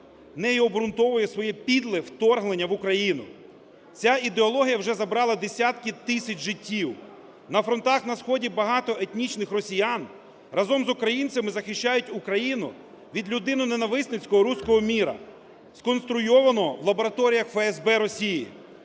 нею обґрунтовує своє підле вторгнення в Україну. Ця ідеологія вже забрала десятки тисяч життів. На фронтах на сході багато етнічних росіян разом з українцями захищають Україну від людиноненависницького "русского мира", сконструйованого в лабораторіях ФСБ Росії.